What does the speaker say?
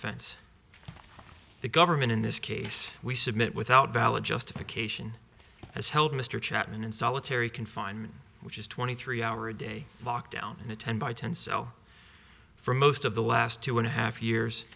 offense the government in this case we submit without valid justification as held mr chapman in solitary confinement which is twenty three hour a day voc down in a ten by ten cell for most of the last two and a half years